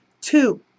Two